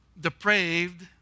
depraved